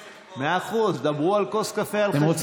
מאה אחוז, דברו על כוס קפה על חשבוני.